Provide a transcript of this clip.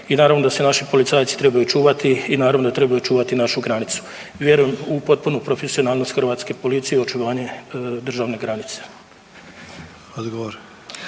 i naravno da se naši policajci trebaju čuvati i naravno da trebaju čuvati i našu granicu. Vjerujem u potpunu profesionalnost hrvatske policije i očuvanje državne granice.